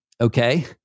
Okay